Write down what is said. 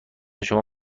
شما